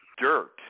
dirt